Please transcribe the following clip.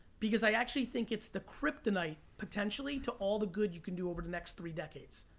because i actually think it's the kryptonite potentially to all the good you can do over the next three decades.